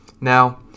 Now